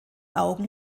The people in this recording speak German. augen